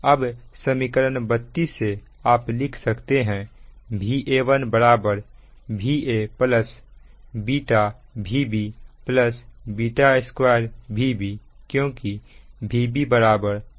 अब समीकरण 32 से आप लिख सकते हैं Va1 बराबर Va β Vb β2 Vb क्योंकि Vb Vc है